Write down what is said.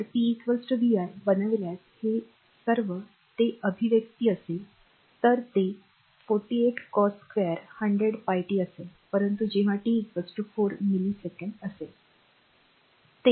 तर p vi बनविल्यास हे सर्व ते अभिव्यक्ती असेल तर ते 48 cos2 100 t असेल परंतु जेव्हा टी 4 मिलिसेकंद असेल